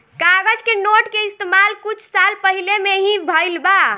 कागज के नोट के इस्तमाल कुछ साल पहिले में ही भईल बा